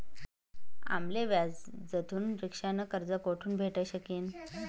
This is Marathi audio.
आम्ले व्याजथून रिक्षा न कर्ज कोठून भेटू शकीन